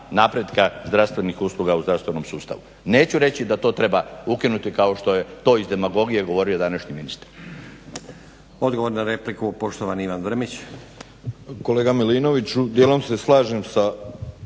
napretka zdravstvenih usluga u zdravstvenom sustavu. Neću reći da to treba ukinuti kao što to iz demagogije govorio današnji ministar. **Stazić, Nenad (SDP)** Odgovor na repliku, poštovani Ivan Drmić. **Drmić, Ivan (HDSSB)** Kolega Milinoviću, dijelom se slažem sa